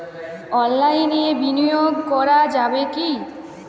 অনলাইনে বিনিয়োগ করা যাবে কি?